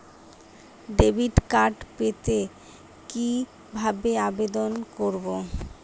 Debit card পেতে কি ভাবে আবেদন করব?